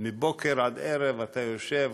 מבוקר עד ערב אתה יושב,